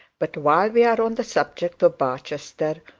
but while we are on the subject of barchester,